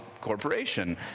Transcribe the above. corporation